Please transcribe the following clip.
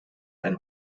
ein